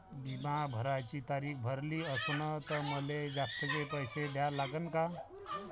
बिमा भराची तारीख भरली असनं त मले जास्तचे पैसे द्या लागन का?